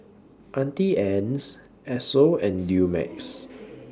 Auntie Anne's Esso and Dumex